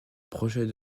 projet